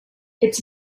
its